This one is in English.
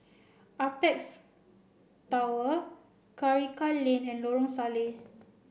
Apex Tower Karikal Lane and Lorong Salleh